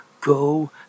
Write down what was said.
go